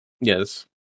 Yes